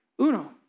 Uno